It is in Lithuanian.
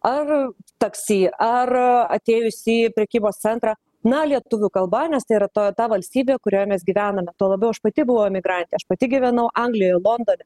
ar taksi ar atėjusi į prekybos centrą na lietuvių kalba nes tai yra ta valstybė kurioje mes gyvename tuo labiau aš pati buvau emigrantė aš pati gyvenau anglijoje londone